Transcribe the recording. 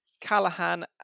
Callahan